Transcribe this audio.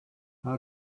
how